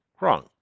Wrong